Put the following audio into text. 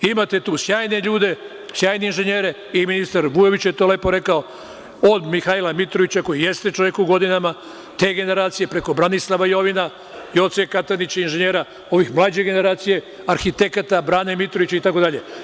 Imate tu sjajne ljude, sjajne inženjere, i ministar Vujović je to lepo rekao od Mihajla Mitrovića, koji jeste čovek u godinama, preko Branislava Jovina, Joce Katanića inženjera, ovih mlađe generacije, arhitekata Brane Mitrovića itd.